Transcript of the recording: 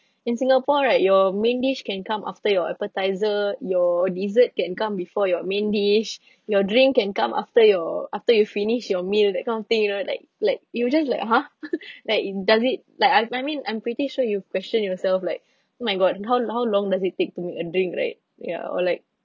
in singapore right your main dish can come after your appetizer your dessert can come before your main dish your drink can come after your after you finish your meal that kind of thing you know like like you will just like !huh! like does it like I I mean I'm pretty sure you've questioned yourself like oh my god how how long does it take to make a drink right ya or like